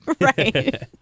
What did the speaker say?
Right